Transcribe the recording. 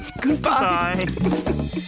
Goodbye